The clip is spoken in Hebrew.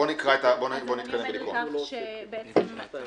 שכנעה אותי